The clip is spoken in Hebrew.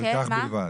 בשל כך בלבד.